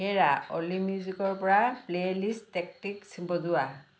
হেৰা অ'লি মিউজিকৰ পৰা প্লে'লিষ্ট টেকটিক্ছ বজোৱা